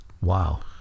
Wow